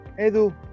Edu